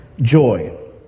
joy